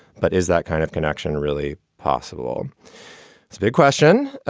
but is that kind of connection really possible? it's a big question.